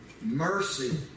Mercy